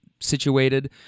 situated